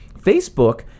Facebook